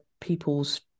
people's